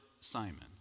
Simon